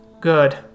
Good